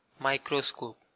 Microscope